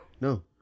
no